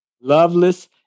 Loveless